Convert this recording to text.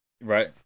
right